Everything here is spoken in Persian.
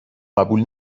قبول